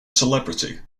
celebrity